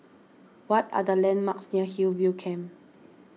what are the landmarks near Hillview Camp